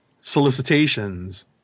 solicitations